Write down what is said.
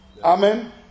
Amen